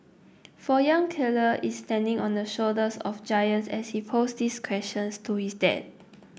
for young Keller is standing on the shoulders of giants as he posed these questions to his dad